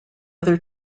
other